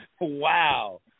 wow